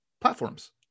platforms